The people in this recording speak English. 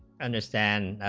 understand,